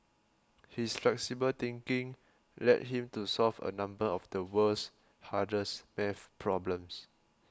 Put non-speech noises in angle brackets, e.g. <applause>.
his <noise> flexible thinking led him to solve a number of the world's hardest math problems